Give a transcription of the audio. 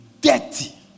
dirty